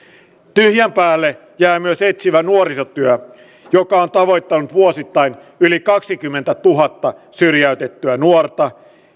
tyhjän päälle jää myös etsivä nuorisotyö joka on tavoittanut vuosittain yli kaksikymmentätuhatta syrjäytettyä nuorta